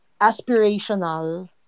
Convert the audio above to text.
aspirational